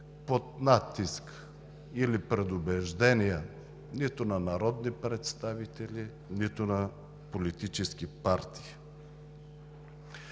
под натиск или предубеждение нито на народни представители, нито на политически партии.